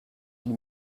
die